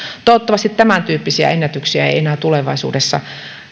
toivottavasti tämäntyyppisiä ennätyksiä ei ei enää tulevaisuudessa